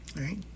Right